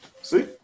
See